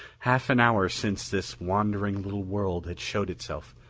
half an hour since this wandering little world had showed itself,